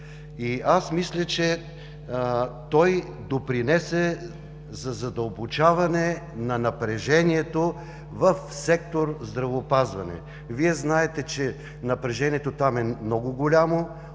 Мисля, че той допринесе за задълбочаване на напрежението в сектор „Здравеопазване“. Вие знаете, че напрежението там е много голямо